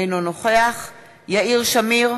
אינו נוכח יאיר שמיר,